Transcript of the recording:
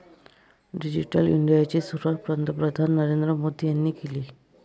digital इंडियाची सुरुवात पंतप्रधान नरेंद्र मोदी यांनी केली